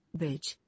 bitch